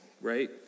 right